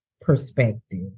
perspective